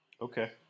Okay